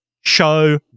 show